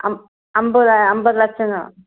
ஐம்பதா ஐம்பது லட்சம் தான்